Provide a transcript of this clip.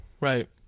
Right